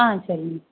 ஆ சரிங்க